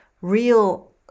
real